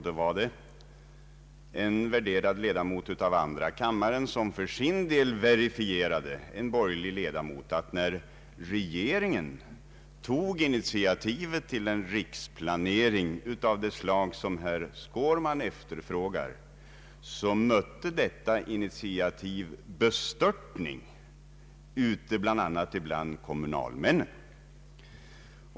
Då var det en värderad ledamot av andra kammaren — en borgerlig ledamot — som för sin del deklarerade att när regeringen tog initiativet till en riksplanering av det slag som herr Skårman efterlyser så mötte detta initiativ bestörtning bland kommunalmännen.